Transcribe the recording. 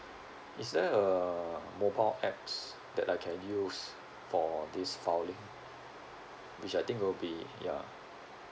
is there a mobile apps that I can use for this filing which I think will be ya